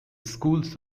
schools